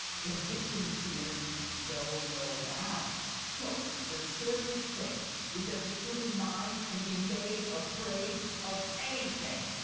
conditioned fears know no bounds. so the scariest thing is that the human mind can be made afraid of anything!